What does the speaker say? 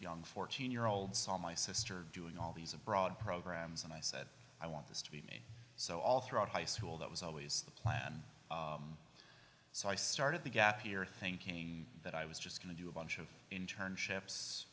young fourteen year olds all my sister doing all these abroad programs and i said i want this to be me so all throughout high school that was always the plan so i started the gap here thinking that i was just going to do a bunch of interned ships